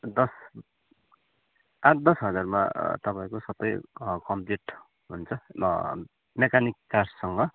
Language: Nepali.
दस आठ दस हजारमा तपाईँको सबै कम्प्लिट हुन्छ मेकानिक चार्जसँग